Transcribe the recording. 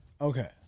Okay